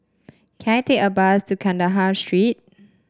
can I take a bus to Kandahar Street